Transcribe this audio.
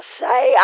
say